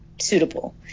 suitable